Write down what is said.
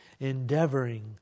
endeavoring